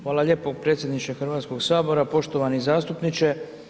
Hvala lijepo predsjedniče Hrvatskog sabora, poštovani zastupniče.